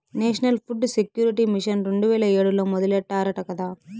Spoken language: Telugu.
నేషనల్ ఫుడ్ సెక్యూరిటీ మిషన్ రెండు వేల ఏడులో మొదలెట్టారట కదా